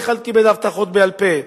כל אחד קיבל הבטחות בעל-פה